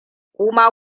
kuma